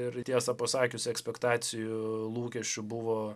ir tiesą pasakius ekspektacijų lūkesčių buvo